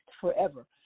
forever